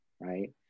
right